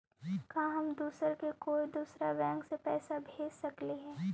का हम दूसरा के कोई दुसरा बैंक से पैसा भेज सकिला?